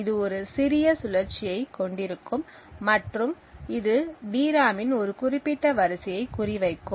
இது ஒரு சிறிய சுழற்சியைக் கொண்டிருக்கும் மற்றும் இது டிராமின் ஒரு குறிப்பிட்ட வரிசையை குறி வைக்கும்